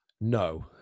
No